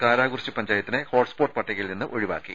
കാരാകുറിശി പഞ്ചായത്തിനെ ഹോട്സ്പോട്ട് പട്ടികയിൽ നിന്ന് ഒഴിവാക്കി